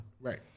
Right